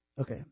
Okay